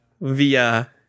via